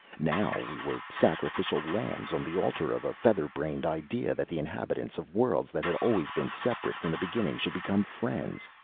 now we were sacrificial lambs on the altar of a featherbrained idea that the inhabitants of worlds that had always been separate from the beginning should become friends,